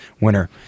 winner